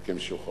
רק הם שוכחים